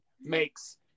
makes